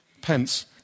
pence